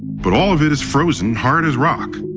but all of it is frozen hard as rock.